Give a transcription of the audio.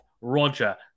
Roger